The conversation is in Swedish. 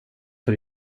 för